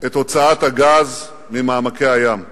את הוצאת הגז ממעמקי הים.